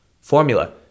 formula